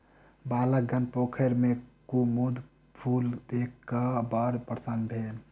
बालकगण पोखैर में कुमुद फूल देख क बड़ प्रसन्न भेल